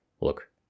Look